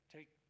Take